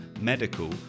medical